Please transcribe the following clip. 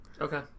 Okay